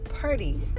party